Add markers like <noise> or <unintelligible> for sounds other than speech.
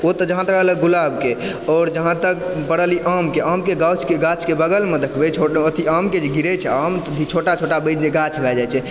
ओ तऽ जहाँ तक रहलै गुलाबके आओर जहाँ तक परल ई आमके आमके गाछके गाछके बगलमे देखबै छोट अथि आमके जे गिरै छै आम छोटा छोटा <unintelligible> गाछ भए जाइ छै